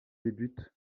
débutent